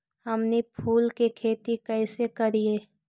हमनी फूल के खेती काएसे करियय?